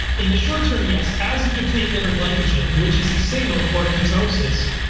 in the short term, yes, as you deplete liver glycogen, which is the signal for ketosis,